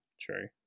True